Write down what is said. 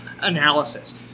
analysis